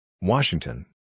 Washington